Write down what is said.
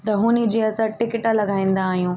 त हुन जी असां टिकिट लॻाईंदा आहियूं